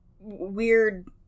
weird